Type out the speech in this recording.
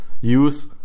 use